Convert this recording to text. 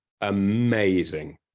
amazing